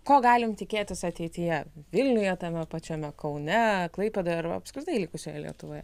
ko galim tikėtis ateityje vilniuje tame pačiame kaune klaipėdoje arba apskritai likusioje lietuvoje